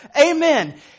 Amen